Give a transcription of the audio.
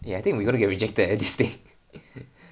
eh I think we gonna get rejected eh this thing